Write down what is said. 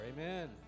Amen